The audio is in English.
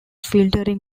filtering